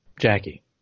Jackie